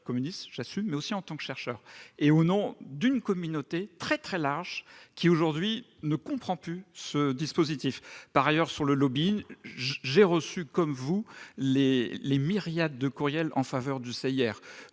communiste, je l'assume, mais aussi en tant que chercheur et au nom d'une communauté très large, qui ne comprend plus ce dispositif. S'agissant du lobbying, j'ai reçu, comme vous, des myriades de courriels en faveur du CIR